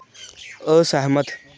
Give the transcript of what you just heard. असैह्मत